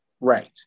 Right